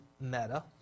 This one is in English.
meta